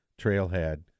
trailhead